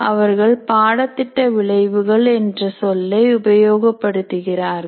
அவர்கள் பாடத்திட்ட விளைவுகள் என்ற சொல்லை உபயோகப்படுத்துகிறார்கள்